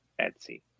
Etsy